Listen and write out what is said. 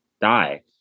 die